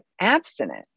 abstinent